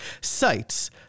Sites